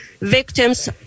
victims